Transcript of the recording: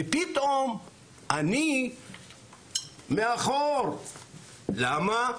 ופתאום אני מאחור, למה?